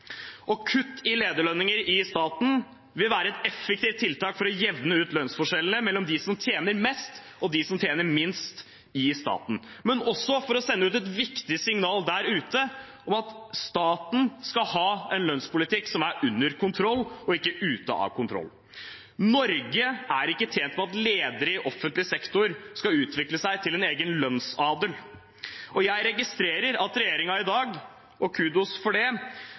Kutt i lederlønninger i staten vil være et effektivt tiltak for å jevne ut lønnsforskjellene mellom dem som tjener mest, og dem som tjener minst i staten, men også for å sende ut et viktig signal om at staten skal ha en lønnspolitikk som er under kontroll, og ikke ute av kontroll. Norge er ikke tjent med at ledere i offentlig sektor skal utvikle seg til en egen lønnsadel, og jeg registrerer at regjeringen i dag – og kudos for det